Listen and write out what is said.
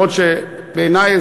גם אם בעיני,